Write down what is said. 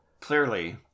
Clearly